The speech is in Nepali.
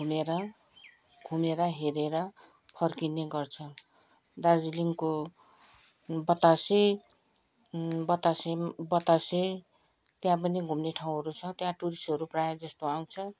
घुमेर घुमेर हेरेर फर्किने गर्छ दार्जिलिङको बतासे बतासे बतासे त्यहाँ पनि घुम्ने ठाउँहरू छ त्यहाँ टुरिस्टहरू प्रायःजस्तो आउँछ